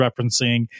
referencing